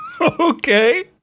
Okay